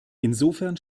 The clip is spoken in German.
insofern